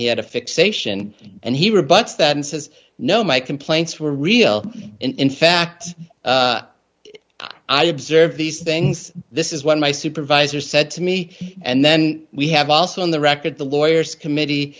he had a fixation and he rebuts that and says no my complaints were real in fact i observed these things this is what my supervisor said to me and then we have also on the record the lawyers committee